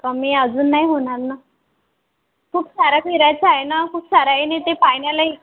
कमी अजून नाही होणार ना खूप सारा फिरायचा आहे ना खूप सारा आहे न ते पाहण्यालाही